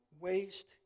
waste